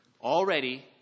Already